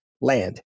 land